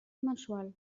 mensual